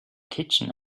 kitchen